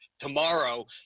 tomorrow